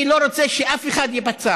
אני לא רוצה שאף אחד ייפצע,